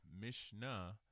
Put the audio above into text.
Mishnah